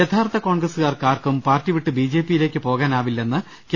യഥാർത്ഥ കോൺഗ്രസുകാർക്ക് ആർക്കും പാർട്ടി വിട്ട് ബി ജെ പിയി ലേക്ക് പോകാനാവില്ലെന്ന് കെ